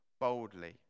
boldly